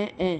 ऐं ऐं